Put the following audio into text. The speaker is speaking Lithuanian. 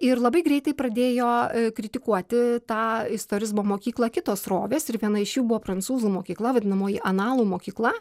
ir labai greitai pradėjo kritikuoti tą istorizmo mokyklą kitos srovės ir viena iš jų buvo prancūzų mokykla vadinamoji analų mokykla